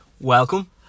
welcome